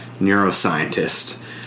neuroscientist